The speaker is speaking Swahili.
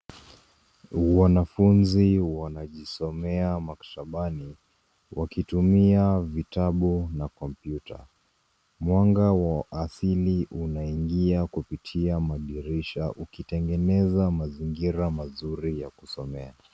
Wanafunzi wanajisomea maktabani, wakitumia vitabu na kompyuta. Mwanga wa asili unaingia kupitia madirisha, ukitengeneza mazingira mazuri ya kusomea.